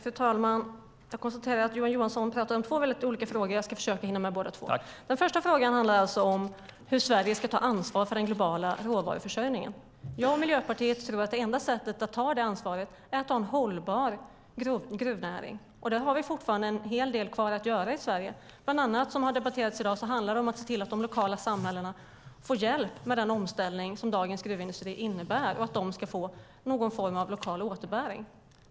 Fru talman! Jag konstaterar att Johan Johansson talar om två väldigt olika frågor. Jag ska försöka hinna med båda två. Den första frågan handlar alltså om hur Sverige ska ta ansvar för den globala råvaruförsörjningen. Jag och Miljöpartiet tror att det enda sättet att ta detta ansvar är att ha en hållbar gruvnäring. Där har vi fortfarande en hel del kvar att göra i Sverige. Bland annat, vilket har debatterats i dag, handlar det om att se till att de lokala samhällena får hjälp med den omställning dagens gruvindustri innebär och att de ska få någon form av lokal återbäring.